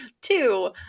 two